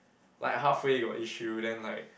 like halfway got issue then like